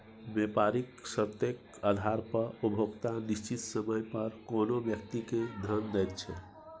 बेपारिक शर्तेक आधार पर उपभोक्ता निश्चित समय पर कोनो व्यक्ति केँ धन दैत छै